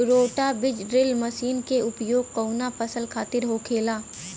रोटा बिज drill machine के उपयोग कऊना फसल खातिर होखेला?